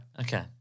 Okay